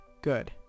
good